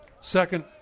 second